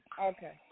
Okay